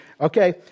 okay